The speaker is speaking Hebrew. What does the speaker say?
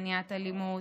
מניעת אלימות,